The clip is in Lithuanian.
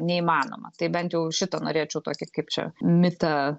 neįmanoma tai bent jau šitą norėčiau tokį kaip čia mitą